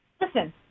listen